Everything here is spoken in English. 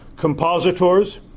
Compositors